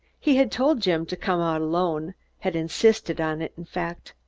he had told jim to come out alone had insisted on it, in fact.